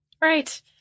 right